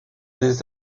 des